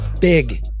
big